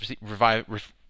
revive